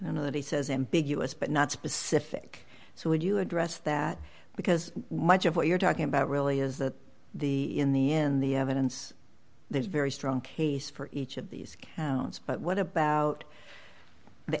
you know that he says ambiguous but not specific so would you address that because much of what you're talking about really is that the in the end the evidence there's very strong case for each of these counts but what about the